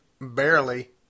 barely